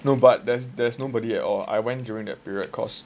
no but there's there's nobody at all I went during that period cause